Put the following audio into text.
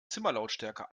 zimmerlautstärke